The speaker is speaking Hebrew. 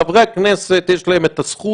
לחברי הכנסת יש את הזכות,